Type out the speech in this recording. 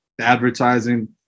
advertising